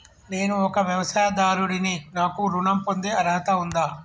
నేను ఒక వ్యవసాయదారుడిని నాకు ఋణం పొందే అర్హత ఉందా?